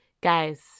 Guys